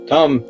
Tom